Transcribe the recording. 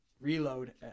reload